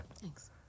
Thanks